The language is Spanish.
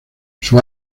sus